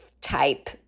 type